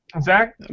Zach